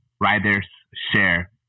riders-share